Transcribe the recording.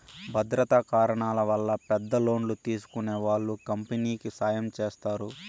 భద్రతా కారణాల వల్ల పెద్ద లోన్లు తీసుకునే వాళ్ళు కంపెనీకి సాయం చేస్తారు